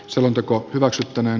lakiehdotus hylätään